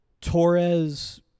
Torres